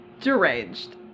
Deranged